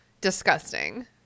Disgusting